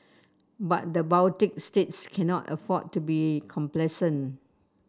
but the Baltic states cannot afford to be complacent